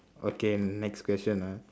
okay next question ah